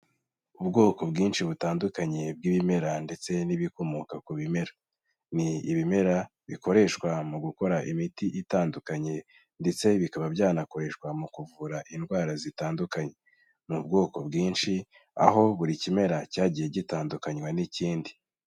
Ubwoko bwinshi butandukanye bw'ibimera ndetse n'ibikomoka ku bimera, ni ibimera bikoreshwa mu gukora imiti itandukanye ndetse bikaba byanakoreshwa mu kuvura indwara zitandukanye, ni ubwoko bwinshi, aho buri kimera cyagiye gitandukanywa n'ikindi.